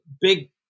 big